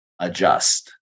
adjust